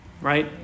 Right